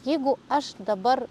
jeigu aš dabar